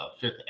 fifth